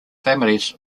families